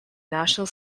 national